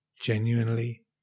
genuinely